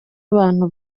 abantu